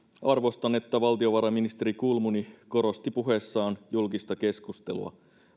arvostan että valtiovarainministeri kulmuni korosti puheessaan julkista keskustelua